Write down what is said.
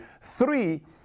Three